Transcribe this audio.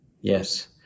yes